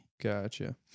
Gotcha